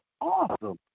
awesome